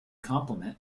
compliment